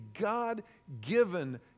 God-given